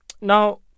Now